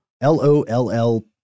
L-O-L-L